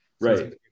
Right